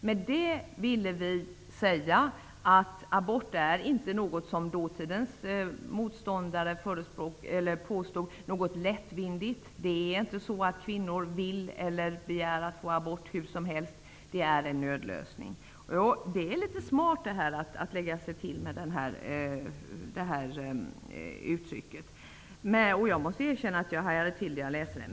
Med det ville vi säga att abort inte, som dåtidens motståndare påstod, är något lättvindigt. Det är inte så att kvinnor begär att få abort hur som helst, utan det är en nödlösning. Det är litet smart att lägga sig till med det uttrycket, och jag måste erkänna att jag hajade till när jag läste det.